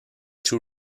two